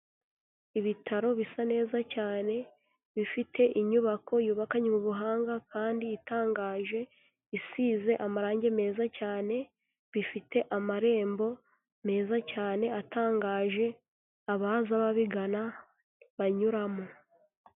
Ibitaro bisa neza cyane, bifite inyubako yubakanywe ubuhanga kandi itangaje, isize amarange meza cyane, bifite amarembo meza cyane atangaje, abaza babigana banyuramo.